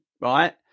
right